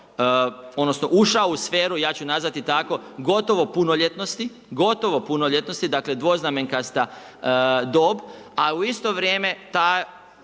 odnosno, ušao u sferu, ja ću nazvati tako, gotovo punoljetnosti, dakle, dvoznamenkasta dob, a u isto vrijeme, ta